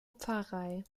pfarrei